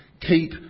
Keep